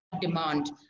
demand